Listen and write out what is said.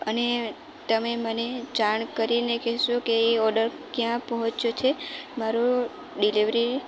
અને તમે મને જાણ કરીને કહેશો કે ઓર્ડર ક્યાં પહોંચ્યો છે મારો ડિલિવરી